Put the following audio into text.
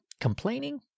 complaining